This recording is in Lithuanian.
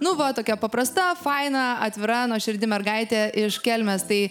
nu va tokia paprasta faina atvira nuoširdi mergaitė iš kelmės tai